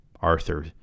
Arthur